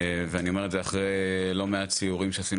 ואני אומר את זה אחרי לא מעט סיורים שעשינו